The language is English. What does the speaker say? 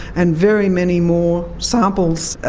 and very many more samples.